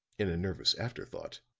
in an nervous afterthought,